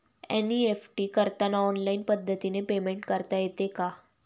NEFT करताना online पद्धतीने payment करता येते का?